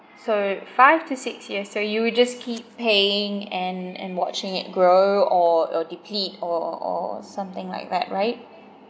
so five to six years so you’ll just keep paying and and watching it grow or or deplete or or something like that right